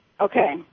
okay